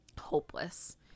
hopeless